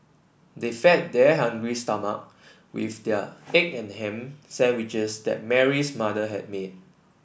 they fed their hungry stomach with the egg and ham sandwiches that Mary's mother had made